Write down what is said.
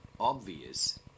Obvious